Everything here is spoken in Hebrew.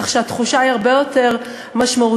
כך שהתחושה היא הרבה יותר משמעותית.